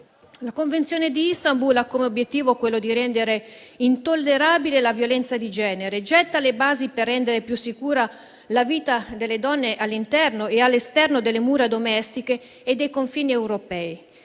La Convenzione di Istanbul ha come obiettivo quello di rendere intollerabile la violenza di genere, getta le basi per rendere più sicura la vita delle donne all'interno e all'esterno delle mura domestiche e dei confini europei.